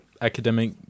academic